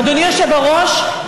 אדוני היושב-ראש,